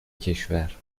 کشور